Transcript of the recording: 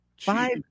Five